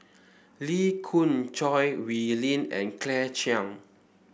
Lee Khoon Choy Wee Lin and Claire Chiang